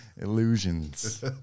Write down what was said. Illusions